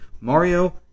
Mario